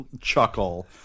chuckle